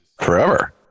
forever